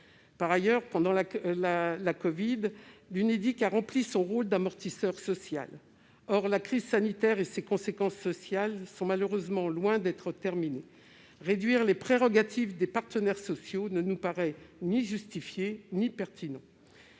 Par ailleurs, pendant la crise de la covid, l'Unédic a joué son rôle d'amortisseur social. Or la crise sanitaire, avec ses conséquences sociales, est malheureusement loin d'être terminée. Réduire les prérogatives des partenaires sociaux ne nous paraît donc ni justifié ni pertinent.